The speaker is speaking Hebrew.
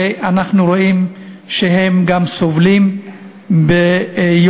ואנחנו רואים שהם גם סובלים יום-יום.